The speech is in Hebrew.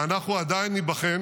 ואנחנו עדיין ניבחן